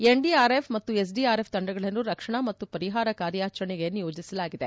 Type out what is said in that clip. NDRF ಮತ್ತು SDRF ತಂಡಗಳನ್ನು ರಕ್ಷಣಾ ಮತ್ತು ಪರಿಹಾರ ಕಾರ್ಯಾಚರಣೆಗೆ ನಿಯೋಜಿಸಲಾಗಿದೆ